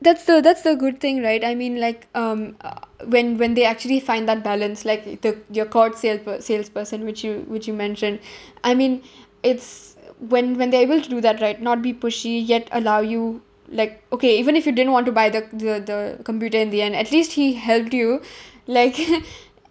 that's the that's the good thing right I mean like um uh when when they actually find that balance like the your called sale~ salesperson which you which you mentioned I mean it's when when they're able to do that right not be pushy yet allow you like okay even if you didn't want to buy the the the computer in the end at least he helped you like